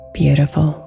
beautiful